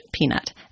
Peanut